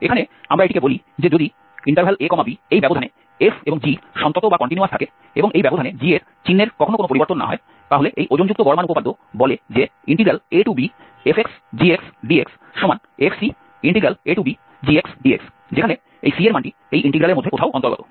এখানে আমরা এটিকে বলি যে যদি ab এই ব্যবধানে f এবং g সন্তত থাকে এবং এই ব্যবধানে g এর চিহ্নের কখনও কোনও পরিবর্তন না হয় তাহলে এই ওজনযুক্ত গড় মান উপপাদ্য বলে যে abfxgxdxfabgxdx যেখানে এই c এর মানটি এই ইন্টিগ্রালের মধ্যে কোথাও অন্তর্গত